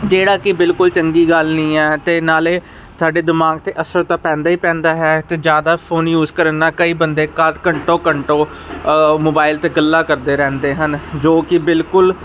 ਜਿਹੜਾ ਕਿ ਬਿਲਕੁਲ ਚੰਗੀ ਗੱਲ ਨਹੀਂ ਹੈ ਤੇ ਨਾਲੇ ਸਾਡੇ ਦਿਮਾਗ ਤੇ ਅਸਰ ਤਾਂ ਪੈਂਦਾ ਹੀ ਪੈਂਦਾ ਹੈ ਤੇ ਜਿਆਦਾ ਫੋਨ ਯੂਜ ਕਰਨਾ ਕਈ ਬੰਦੇ ਘੰਟੋ ਘੰਟੋ ਮੋਬਾਈਲ ਤੇ ਗੱਲਾਂ ਕਰਦੇ ਰਹਿੰਦੇ ਹਨ ਜੋ ਕਿ ਬਿਲਕੁਲ